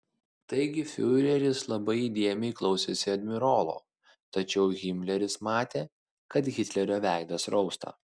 taigi fiureris labai įdėmiai klausėsi admirolo tačiau himleris matė kad hitlerio veidas rausta